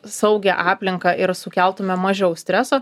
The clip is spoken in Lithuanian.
saugią aplinką ir sukeltume mažiau streso